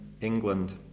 England